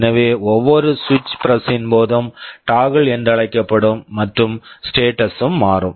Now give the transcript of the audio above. எனவே ஒவ்வொரு சுவிட்ச் பிரஸ் switch press -ன் போதும் டோஃகிள் toggle அழைக்கப்படும் மற்றும் ஸ்டேட்டஸ் status ம் மாறும்